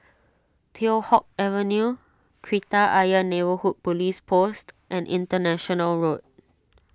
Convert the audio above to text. Teow Hock Avenue Kreta Ayer Neighbourhood Police Post and International Road